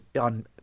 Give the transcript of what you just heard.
on